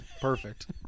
Perfect